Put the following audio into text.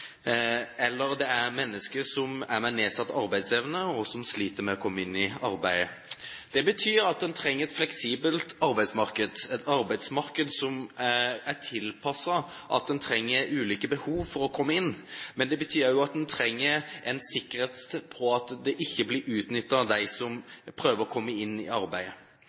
eller mennesker med nedsatt arbeidsevne som sliter med å komme i arbeid. Det betyr at en trenger et fleksibelt arbeidsmarked – et arbeidsmarked som er tilpasset at det er ulike behov for å komme inn. Men det betyr også at en trenger sikkerhet for at de som prøver å komme i arbeid, ikke blir